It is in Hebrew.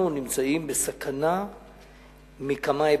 אנחנו נמצאים בסכנה מכמה היבטים.